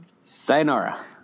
Sayonara